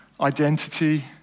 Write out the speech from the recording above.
identity